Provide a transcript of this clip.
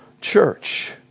church